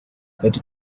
better